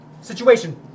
Situation